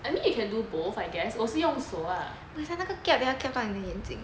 I mean you can do both I guess 我是用手啊